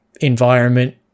environment